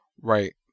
right